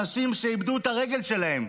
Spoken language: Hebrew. אנשים שאיבדו את הרגל שלהם,